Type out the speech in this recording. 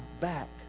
back